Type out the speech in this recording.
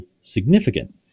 significant